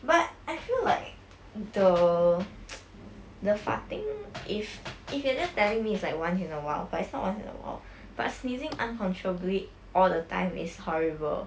but I feel like the the farting if if you are just telling me is like once in awhile but it's not once in awhile but sneezing uncontrollably all the time is horrible